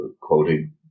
quoting